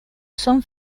son